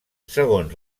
segons